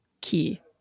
key